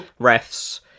refs